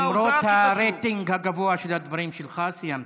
למרות הרייטינג הגבוה של הדברים שלך, סיימת.